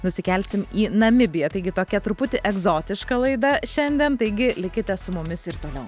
nusikelsim į namibiją taigi tokia truputį egzotiška laida šiandien taigi likite su mumis ir toliau